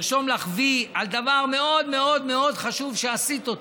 לרשום לך "וי" על דבר מאוד מאוד חשוב שעשית,